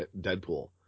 Deadpool